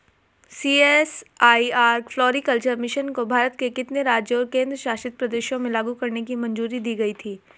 CSIR floriculture mission को भारत के कितने राज्यों और केंद्र शासित प्रदेशों में लागू करने की मंजूरी दी गई थी?